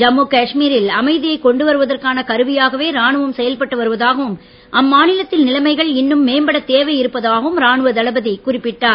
ஜம்மூ காஷ்மீரில் அமைதியை கொண்டு வருவதற்கான கருவியாகவே ராணுவம் செயல்பட்டு வருவதாகவும் அம்மாநிலத்தில் நிலைமைகள் இன்னும் மேம்படத் தேவையிருப்பதாகவும் ராணுவ தளபதி குறிப்பிட்டார்